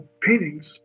paintings